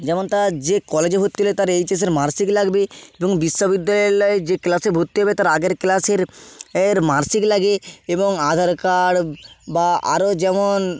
যেমন তার যে কলেজে ভর্তি হলে তার এইচএসের মার্কশিট লাগবে এবং বিশ্ববিদ্যালয়ে যে ক্লাসে ভর্তি হবে তার আগের ক্লাসের এর মার্কশিট লাগে এবং আধার কার্ড বা আরও যেমন